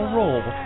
role